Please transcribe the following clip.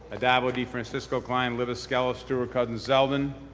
addabbo, defrancisco, klein, libous, skelos, stewart-cousins, zeldin.